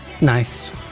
nice